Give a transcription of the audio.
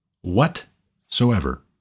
Whatsoever